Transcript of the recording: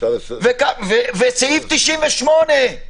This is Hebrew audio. ועד סעיף 98,